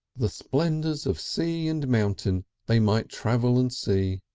the splendours of sea and mountain they might travel and see,